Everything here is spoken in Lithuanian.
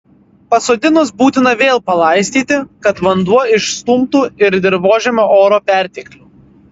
pasodinus būtina vėl palaistyti kad vanduo išstumtų ir dirvožemio oro perteklių